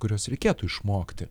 kuriuos reikėtų išmokti